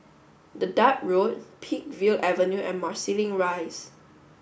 Dedap Road Peakville Avenue and Marsiling Rise